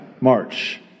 March